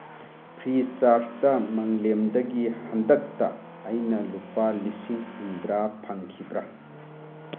free ꯆꯥꯔꯖꯇ ꯃꯪꯂꯦꯝꯗꯒꯤ ꯍꯟꯗꯛꯅ ꯑꯩꯅ ꯂꯨꯄꯥ ꯂꯤꯁꯤꯡ ꯍꯨꯝꯗ꯭ꯔꯥ ꯐꯪꯈꯤꯕ꯭ꯔꯥ